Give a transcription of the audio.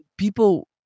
People